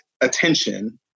attention